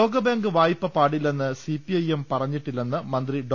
ലോകബാങ്ക് വായ്പ പാടില്ലെന്ന് സിപിഐഎം പറഞ്ഞിട്ടി ല്ലെന്ന് മന്ത്രി ഡോ